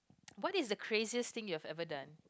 what is the craziest thing you have ever done